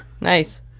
Nice